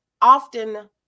often